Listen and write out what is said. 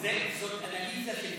זאת אנליזה של פילוסוף.